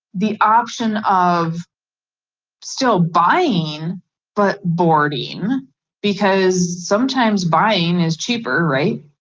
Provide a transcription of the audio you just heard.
the option of still buying but boarding because sometimes buying is cheaper, right?